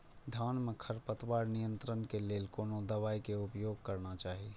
धान में खरपतवार नियंत्रण के लेल कोनो दवाई के उपयोग करना चाही?